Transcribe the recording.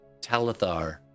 Talithar